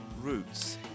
roots